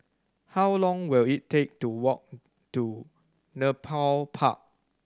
how long will it take to walk to Nepal Park